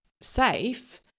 safe